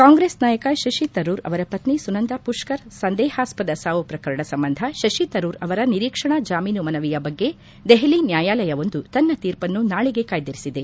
ಕಾಂಗ್ರೆಸ್ ನಾಯಕ ಶತಿತರೂರ್ ಅವರ ಪತ್ನಿ ಸುನಂದಾ ಪುಷ್ತರ್ ಸಂದೇಹಾಸ್ವದ ಸಾವು ಪ್ರಕರಣ ಸಂಬಂಧ ಶಶಿತರೂರ್ ಅವರ ನಿರೀಕ್ಷಣಾ ಜಾಮೀನು ಮನವಿಯ ಬಗ್ಗೆ ದೆಹಲಿಯ ನ್ಹಾಯಾಲಯವೊಂದು ತನ್ನ ತೀರ್ಪನ್ನು ನಾಳೆಗೆ ಕಾಯ್ದಿರಿಸಿದೆ